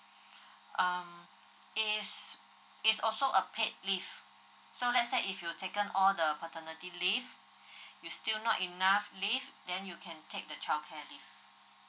um it's it's also a paid leave so let's say if you've taken all the paternity leave you still not enough leave then you can take the childcare leave